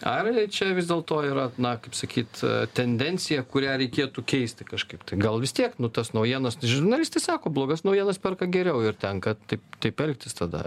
ar čia vis dėlto yra na kaip sakyt tendencija kurią reikėtų keisti kažkaip tai gal vis tiek nu tas naujienas žurnalistai sako blogas naujienas perka geriau ir tenka taip taip elgtis tada